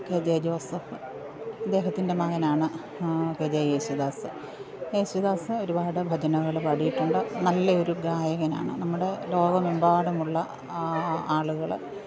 K J Joseph അദ്ദേഹത്തിൻ്റെ മകനാണ് K J Yesudas Yesudas ഒരുപാട് ഭജനകള് പാടിയിട്ടുണ്ട് നല്ലെയൊരു ഗായകനാണ് നമ്മുടെ ലോകമെമ്പാടുമുള്ള ആളുകള്